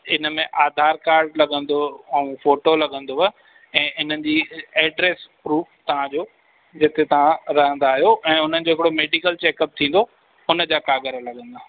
इनमें आधार कार्ड लॻंदो ऐं फ़ोटो लॻंदुव ऐं इनजी एड्रेस प्रूफ तव्हांजो जिते तव्हां रहंदा आहियो ऐं उन्हनि जो हिकु मेडिकल चेकअप थींदो हुनजा काॻर लॻंदा